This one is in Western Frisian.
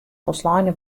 folsleine